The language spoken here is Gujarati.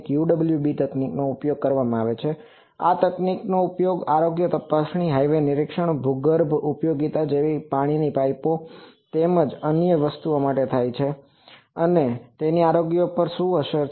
UWB તકનીકનો ઉપયોગ હાઇવે આરોગ્ય તપાસણી હાઇવે નિરીક્ષણ ભૂગર્ભ ઉપયોગિતાઓ જેવી કે પાણીની પાઈપો વગેરે માટે પણ થાય છે તેઓ કનેક્ટ કરે છે કે કેમ તેનું આરોગ્ય શું છે